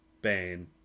Bane